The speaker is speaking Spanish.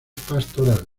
pastorales